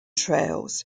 trails